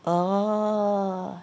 oh